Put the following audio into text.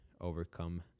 overcome